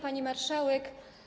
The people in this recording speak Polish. Pani Marszałek!